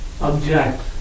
object